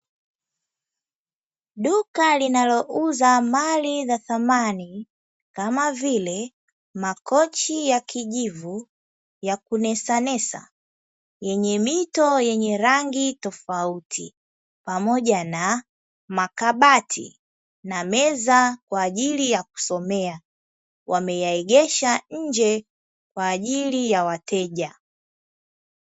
Duka linalouza mali za samani, kama vile: makochi ya kijivu ya kunesanesa yenye mito yenye rangi tofauti, pamoja na makabati na meza kwa ajili ya kusomea; wameyaegesha nje kwa ajili ya wateja.